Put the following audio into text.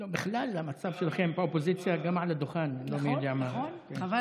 כי כבר אמרתי את זה פעם אחת פה על הדוכן וגם בכמה ועדות,